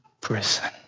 prison